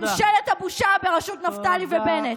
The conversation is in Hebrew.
ממשלת הבושה בראשות נפתלי בנט.